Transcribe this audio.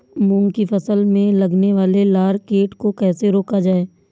मूंग की फसल में लगने वाले लार कीट को कैसे रोका जाए?